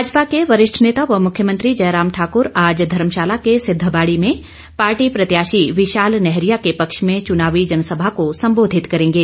भाजपा के वरिष्ठ नेता व मुख्यमंत्री जयराम ठाक्र आज धर्मशाला के सिद्धबाड़ी में पार्टी प्रत्याशी विशाल नैहरियां के पक्ष में चुनावी जनसभा को सम्बोधित करेंगे